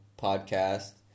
podcast